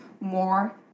more